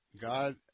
God